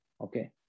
Okay